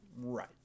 Right